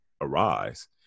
arise